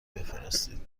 بفرستید